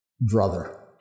brother